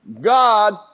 God